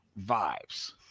Vibes